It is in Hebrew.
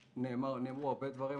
נאמרו הרבה דברים.